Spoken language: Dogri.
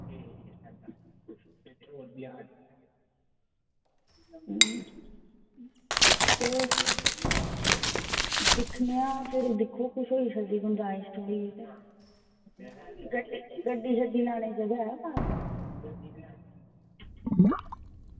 ते दिकखने आं फिर दिक्खी कुछ होई सकदी गुंजाईश थोह्ड़ी बहोत ते गड्डी गड्डी शड्डी लाने दी जगह ऐ बाह्र